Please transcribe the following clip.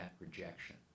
rejection